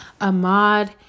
ahmad